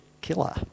killer